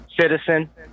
citizen